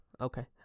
okay